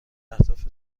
اهداف